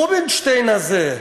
רובינשטיין הזה,